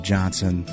Johnson